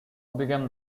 became